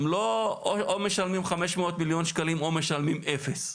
הם לא או משלמים חמש מאות מיליון שקלים או משלמים אפס,